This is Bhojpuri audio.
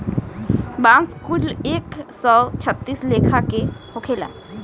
बांस कुल एक सौ छत्तीस लेखा के होखेला